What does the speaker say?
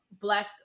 Black